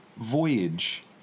voyage